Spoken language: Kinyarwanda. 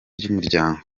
ry’umuryango